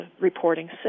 reporting